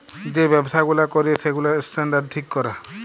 যে ব্যবসা গুলা ক্যরে সেগুলার স্ট্যান্ডার্ড ঠিক ক্যরে